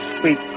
Sweet